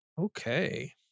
Okay